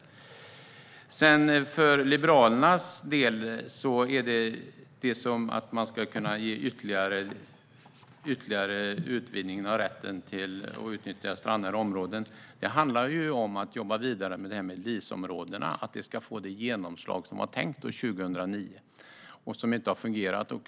Att man enligt Liberalerna ska kunna ge ytterligare utvidgad rätt att utnyttja strandnära områden handlar om att jobba vidare med LIS-områdena och att de ska få det genomslag som var tänkt 2009 men som inte har fungerat.